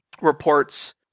reports